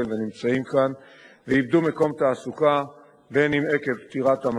לכך מונה צוות בין-משרדי,